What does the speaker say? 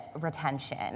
retention